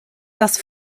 das